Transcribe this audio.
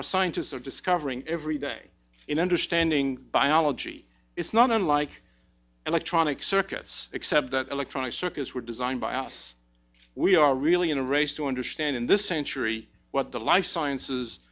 our scientists are discovering every day in understanding biology it's not unlike electronic circuits except that electronic circuits were designed by us we are really in a race to understand in this century what the life